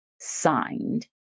signed